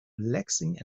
relaxing